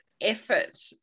effort